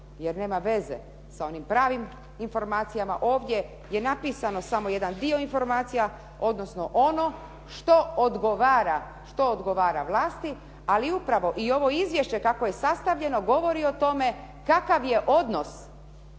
jer nema veze sa onim pravim informacijama. Ovdje je napisano samo jedan dio informacija, odnosno ono što odgovara vlasti, ali upravo i ovo izvješće kako je sastavljeno govori o tome kakav je odnos